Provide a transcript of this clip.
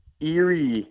eerie